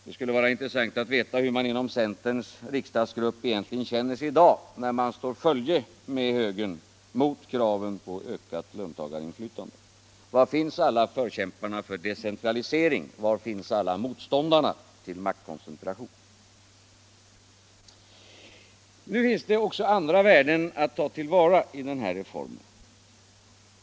Det skulle vara intressant att veta hur man inom centerns riksdagsgrupp egentligen känner sig i dag, när man slår följe med högern mot kraven på ökat löntagarinflytande. Var finns alla förkämparna för decentralisering, var finns alla motståndarna till maktkoncentration? Det finns också andra värden att ta till vara i den här reformen.